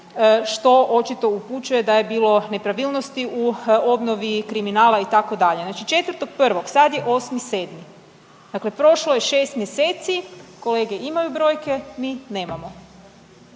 što očito upućuje da je bilo nepravilnosti u obnovi kriminala itd. Znači 4.1. Sad je 8.7. Dakle, prošlo je 6 mjeseci, kolege imaju brojke, mi nemamo.